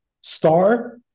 star